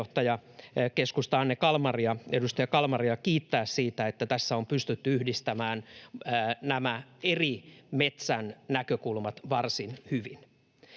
puheenjohtajaa, keskustan edustaja Anne Kalmaria kiittää siitä, että tässä on pystytty yhdistämään nämä metsän eri näkökulmat varsin hyvin.